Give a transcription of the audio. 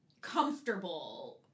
comfortable